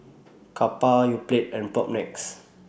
Kappa Yoplait and Propnex